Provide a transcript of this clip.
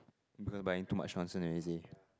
people buying too much nonsense already